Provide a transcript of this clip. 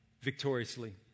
victoriously